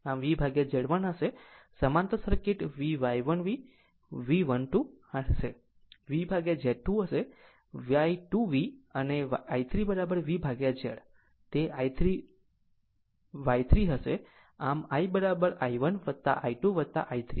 આમ VZ1 હશે સમાંતર સર્કિટ VY1 V I 2 હશે VZ2 હશે તે Y2 V અને I3VZ તે Y3 i 3 છે આમ II1 I 2 I 3